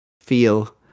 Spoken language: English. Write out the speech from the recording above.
feel